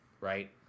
right